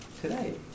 today